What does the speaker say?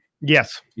Yes